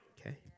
Okay